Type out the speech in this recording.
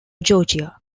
georgia